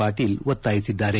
ಪಾಟೀಲ್ ಒತ್ತಾಯಿಸಿದ್ದಾರೆ